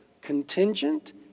contingent